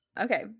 Okay